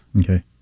Okay